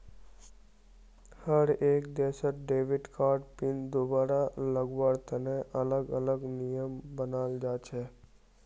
हर एक देशत debit card pin दुबारा लगावार तने अलग अलग नियम बनाल जा छे